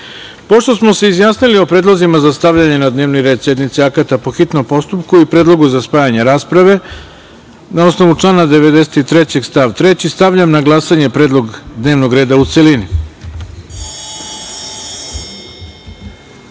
smo se izjasnili o predlozima za stavljanje na dnevni red sednice akata po hitnom postupku i predlogu za spajanje rasprave, na osnovu člana 93. stav 3. stavljam na glasanje predlog dnevnog reda u celini. Po